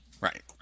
Right